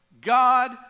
God